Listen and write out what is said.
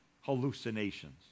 hallucinations